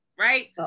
Right